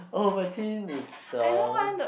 Ovaltine is the